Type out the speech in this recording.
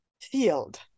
field